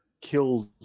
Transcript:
kills